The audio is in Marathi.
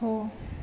हो